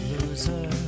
loser